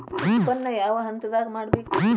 ಉತ್ಪನ್ನ ಯಾವ ಹಂತದಾಗ ಮಾಡ್ಬೇಕ್?